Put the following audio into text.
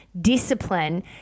discipline